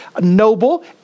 noble